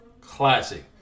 classic